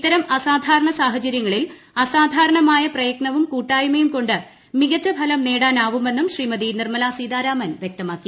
ഇത്തരം അസാധാരണ സാഹചരൃങ്ങളിൽ അസാധാരണമായ പ്രയത്നവും കൂട്ടായ്മയും കൊണ്ട് മികച്ച ഫലം നോടാനാവുമെന്നും ശ്രീമതി നിർമല സീതാരാമൻ വ്യക്തമാക്കി